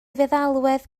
feddalwedd